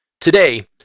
today